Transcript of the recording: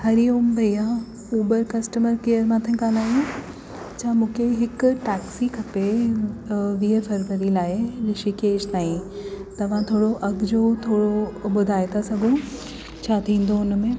हरिओम भईया Uber customer क मां सां ॻाल्हायो अच्छा मूंखे हिकु टैक्सी खपे वीह फरवरी लाइ ऋषिकेश ताईं तव्हां थोरो अॻिए जो थोरो ॿुधाए था सघो छा थींदो हुन में